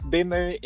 Dinner